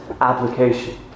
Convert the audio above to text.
application